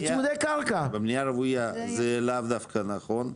בבנייה רוויה זה לאו דווקא נכון.